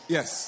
Yes